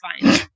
fine